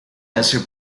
hace